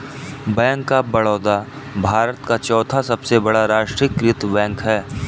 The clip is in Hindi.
बैंक ऑफ बड़ौदा भारत का चौथा सबसे बड़ा राष्ट्रीयकृत बैंक है